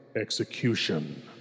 Execution